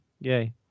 Yay